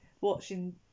watching